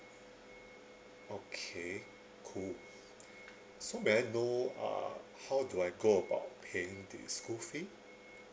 okay cool so may I know uh how do I go about paying the school fee